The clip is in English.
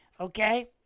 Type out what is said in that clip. Okay